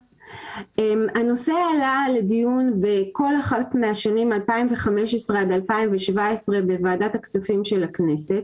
הנושא עלה לדיון בכל אחת מהשנים 2015 עד 2017 בוועדת הכספים של הכנסת.